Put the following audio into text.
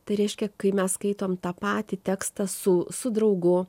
tai reiškia kai mes skaitom tą patį tekstą su su draugu